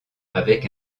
avec